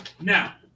Now